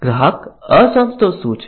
ગ્રાહક અસંતોષ શું છે